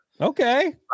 Okay